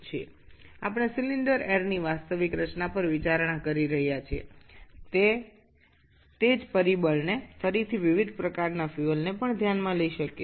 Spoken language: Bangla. যেহেতু আমরা সিলিন্ডার এর প্রকৃত বায়বীয় মিশ্রণটি আলোচনা করছি তাই আবার একই ধরণের বিভিন্ন জ্বালানি ও বিবেচনা করতে পারি